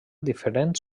diferents